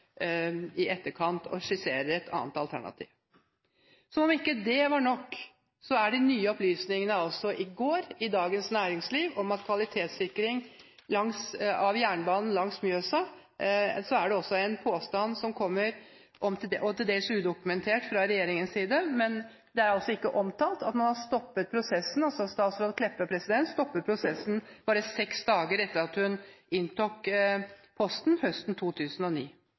i etterkant og skisserer et annet alternativ. Som om ikke det er nok, er det når det gjelder de nye opplysningene i Dagens Næringsliv i går i forbindelse med kvalitetssikring av jernbanen langs Mjøsa, en påstand om – og til dels udokumentert fra regjeringens side, det er altså ikke omtalt – at statsråd Meltveit Kleppa stoppet prosessen bare seks dager etter at hun inntok ministerposten høsten 2009.